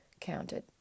counted